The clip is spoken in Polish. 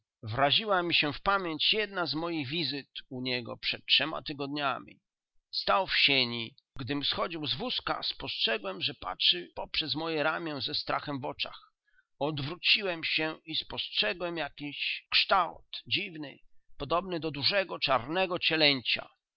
wraziła mi się w pamięć jedna z moich wizyt u niego przed trzema tygodniami stał w sieni gdym schodził z wózka spostrzegłem że patrzy po przez moje ramię ze strachem w oczach odwróciłem się i spostrzegłem jakiś kształt dziwny podobny do dużego czarnego cielęcia